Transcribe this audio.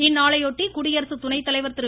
இந்நாளையொட்டி குடியரசு துணைத்தலைவர் திரு